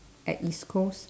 at east coast